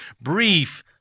brief